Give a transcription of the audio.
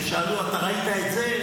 ושאלו: אתה ראית את זה,